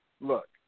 look